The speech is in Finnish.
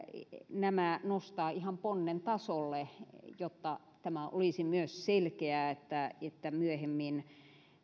nämä nostaa ihan ponnen tasolle jotta tämä olisi myös selkeää että että myöhemmin